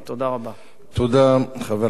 תודה, חבר הכנסת הרצוג.